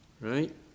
Right